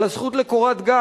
על הזכות לקורת-גג,